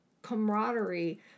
camaraderie